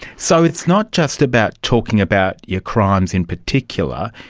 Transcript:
so it's not just about talking about your crimes in particular,